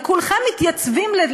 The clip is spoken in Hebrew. וכולכם מתייצבים,